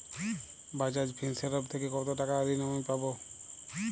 Bajaj Finserv থেকে কতো টাকা ঋণ আমি পাবো?